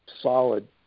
solid